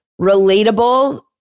relatable